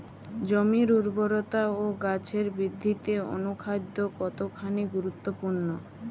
জমির উর্বরতা ও গাছের বৃদ্ধিতে অনুখাদ্য কতখানি গুরুত্বপূর্ণ?